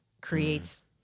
creates